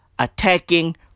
Attacking